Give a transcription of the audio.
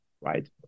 Right